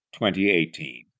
2018